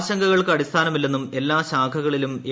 ആശങ്കുകൾക്ക് അടിസ്ഥാനമില്ലെന്നും എല്ലാ ശാഖകളിലും എ